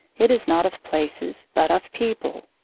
it is not of places, but of people.